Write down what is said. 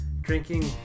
Drinking